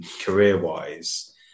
career-wise